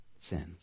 sins